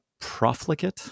profligate